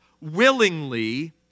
willingly